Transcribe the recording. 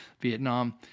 Vietnam